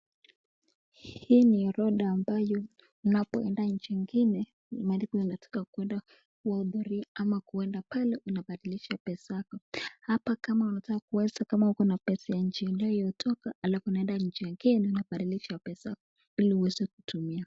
Hii ni orotha ambayo unapokwenda nchi ingine ni mahali pa kwenda kubadilisha ama kwenda pale unabadilisha pesa zako. Hapa kama unataka kuweka kama uko na pesa ya nchi uliotoka alafu unaenda nchi ingine unabadilisha pesa zako ili uweze kutumia.